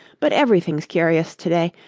but everything's curious today.